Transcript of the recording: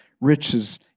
riches